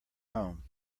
home